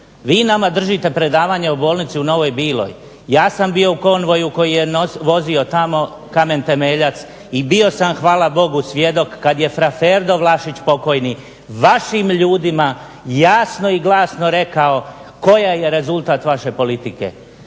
Vi nama držite predavanje u bolnici u Novoj Biloj ja sam bio u konvoju koji je vozio tamo kamen temeljac i bio sam hvala Bogu svjedok kada je fra Ferdo Vlašić pokojni vašim ljudima jasno i glasno rekao koji je rezultat vaše politike.